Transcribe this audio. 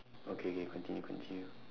okay K continue continue